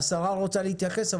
השרה רוצה להתייחס,